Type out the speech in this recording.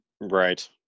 Right